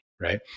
Right